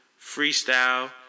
freestyle